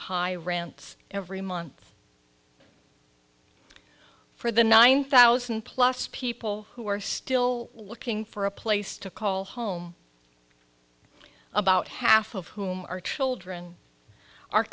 high rants every month for the nine thousand plus people who are still looking for a place to call home about half of whom are children are